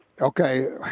Okay